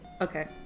Okay